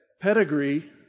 pedigree